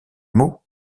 mot